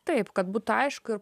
taip kad būtų aišku ir